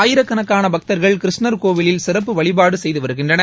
ஆயிரக்கணக்கான பக்தர்கள் கிருஷ்ணர் கோவிலில் சிறப்பு வழிபாடு செய்து வருகின்றனர்